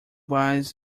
was